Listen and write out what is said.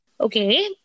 Okay